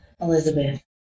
Elizabeth